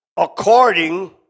According